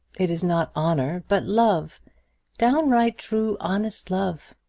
it is not honour, but love downright true, honest love.